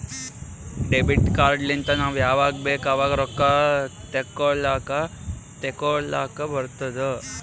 debit card ಲಿಂತ್ ನಾವ್ ಯಾವಾಗ್ ಬೇಕ್ ಆವಾಗ್ ರೊಕ್ಕಾ ತೆಕ್ಕೋಲಾಕ್ ತೇಕೊಲಾಕ್ ಬರ್ತುದ್